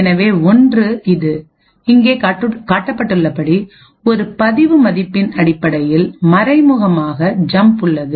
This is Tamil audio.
எனவே 1 இது இங்கே காட்டப்பட்டுள்ளபடி ஒரு பதிவு மதிப்பின் அடிப்படையில் மறைமுகமான ஜம்ப் உள்ளது